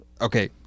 Okay